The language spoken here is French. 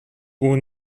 aux